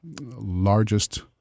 largest